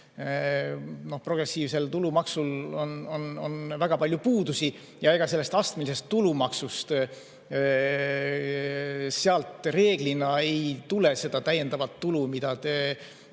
Progressiivsel tulumaksul on väga palju puudusi ja ega sellest astmelisest tulumaksust reeglina ei tule seda täiendavat tulu, mida teie